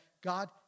God